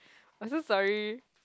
I'm so sorry